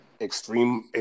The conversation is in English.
Extreme